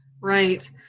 Right